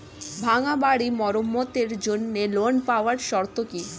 ভাঙ্গা বাড়ি মেরামতের জন্য ঋণ পাওয়ার শর্ত কি?